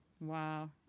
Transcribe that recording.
Wow